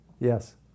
Yes